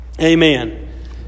Amen